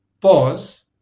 pause